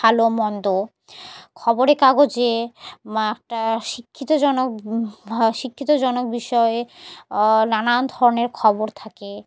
ভালো মন্দ খবরের কাগজে একটা শিক্ষিতজনক শিক্ষিতজনক বিষয়ে নানান ধরনের খবর থাকে